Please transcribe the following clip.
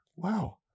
wow